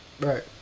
Right